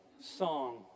song